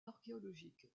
archéologique